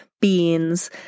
beans